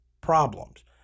problems